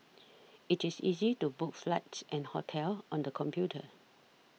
it is easy to book flights and hotels on the computer